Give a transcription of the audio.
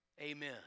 Amen